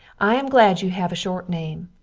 i am glad you have a short name,